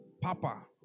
Papa